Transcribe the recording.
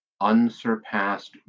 Unsurpassed